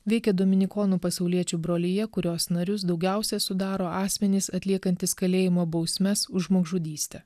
veikė dominikonų pasauliečių brolija kurios narius daugiausia sudaro asmenys atliekantys kalėjimo bausmes už žmogžudystę